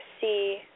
see